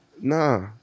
nah